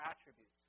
attributes